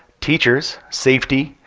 teachers, safety,